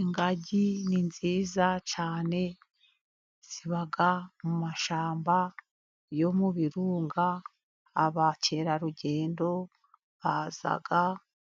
Ingagi ni nziza cyane ziba mu mashyamba yo mu birunga , abakerarugendo baza